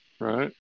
Right